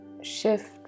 shift